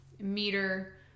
meter